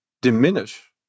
diminish